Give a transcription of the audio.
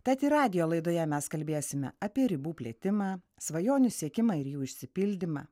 tad ir radijo laidoje mes kalbėsime apie ribų plėtimą svajonių siekimą ir jų išsipildymą